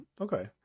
Okay